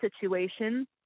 situation